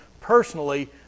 personally